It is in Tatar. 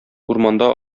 урманда